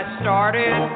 started